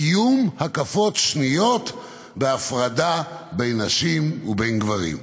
קיום הקפות שניות בהפרדה בין נשים ובין גברים,